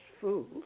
fools